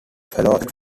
fellow